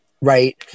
right